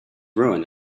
ruined